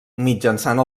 mitjançant